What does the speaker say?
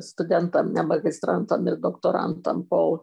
studentam ne magistrantam ir doktorantam kol